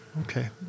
Okay